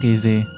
Easy